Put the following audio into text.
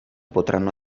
potranno